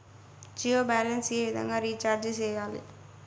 Jio balance ఏ విధంగా రీచార్జి సేయాలి?